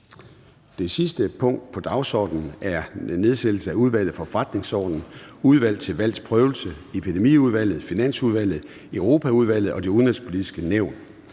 Det sidste punkt på dagsordenen er: 5) Nedsættelse af Udvalget for Forretningsordenen, Udvalget til Valgs Prøvelse, Finansudvalget, Epidemiudvalget, Europaudvalget og Det Udenrigspolitiske Nævn.